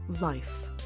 Life